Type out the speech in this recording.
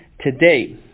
today